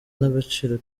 n’agaciro